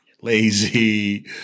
Lazy